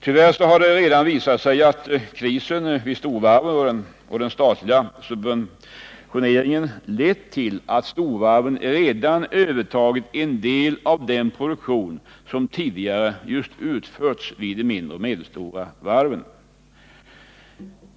Tyvärr har det redan visat sig att krisen vid storvarven och den statliga subventioneringen lett till att storvarven övertagit en del av den produktion som tidigare utförts vid de mindre och medelstora varven.